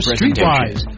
Streetwise